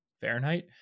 Fahrenheit